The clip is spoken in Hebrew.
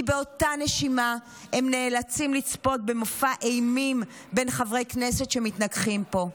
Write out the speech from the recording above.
כי באותה נשימה הם נאלצים לצפות במופע אימים בין חברי כנסת שמתנגחים פה.